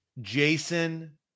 jason